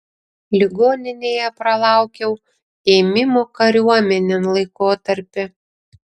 ligoninėje pralaukiau ėmimo kariuomenėn laikotarpį